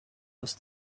was